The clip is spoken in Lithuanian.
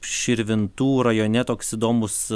širvintų rajone toks įdomus